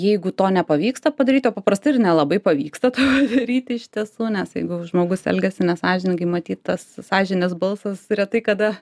jeigu to nepavyksta padaryti o paprastai ir nelabai pavyksta to daryti iš tiesų nes jeigu žmogus elgiasi nesąžiningai matyt tas sąžinės balsas retai kada